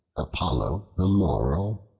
apollo the laurel,